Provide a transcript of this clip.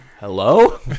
Hello